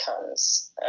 comes